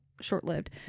short-lived